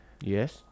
yes